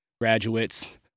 graduates